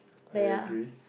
I agree